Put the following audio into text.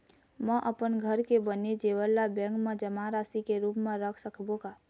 म अपन घर के बने जेवर ला बैंक म जमा राशि के रूप म रख सकबो का?